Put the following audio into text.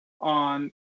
on